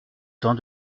tant